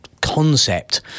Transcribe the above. concept